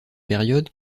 période